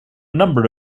number